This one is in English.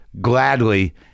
gladly